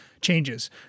changes